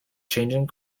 changing